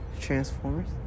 Transformers